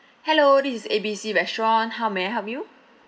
hello this is A B C restaurant how may I help you